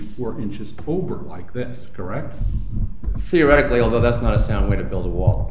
four inches over like this correct theoretically although that's not a sound way to build a wall